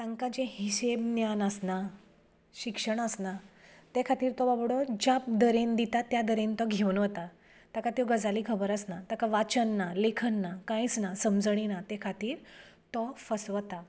तांकां जें हिशोब ज्ञान आसना शिक्षण आसना ते खातीर तो बाबडो ज्या दरेन दिता त्या दरेन तो घेवन वता ताका त्यो गजाली खबर आसना ताका वाचन ना लेखन ना कांयच ना समजणी ना ते खातीर तो फसता